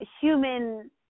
human